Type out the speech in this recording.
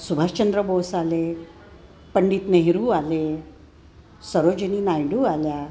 सुभाषचंद्र बोस आले पंडित नेहरू आले सरोजिनी नायडू आल्या